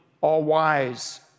all-wise